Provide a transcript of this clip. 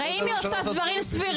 הרי אני רוצה לעשות דברים סבירים,